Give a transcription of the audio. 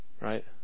Right